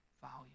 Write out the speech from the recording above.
value